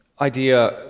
idea